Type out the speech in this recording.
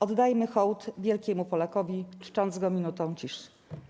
Oddajmy hołd wielkiemu Polakowi, czcząc go minutą ciszy.